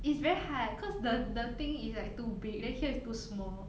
it's very hard cause the the thing is like too big then here is too small